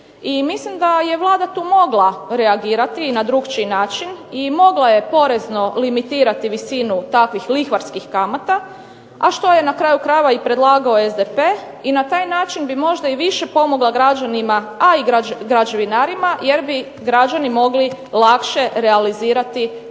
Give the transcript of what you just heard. mislim da je Vlada tu mogla reagirati i na drukčiji način. I mogla je porezno limitirati visinu takvih lihvarskih kamata, a što je na kraju krajeva i predlagao SDP i na taj način bi možda i više pomogla građanima, a i građevinarima jer bi građani mogli lakše realizirati ustvari